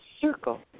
circle